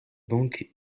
banque